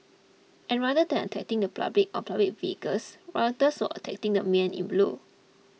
and rather than attacking the public or public vehicles rioters were attacking the men in blue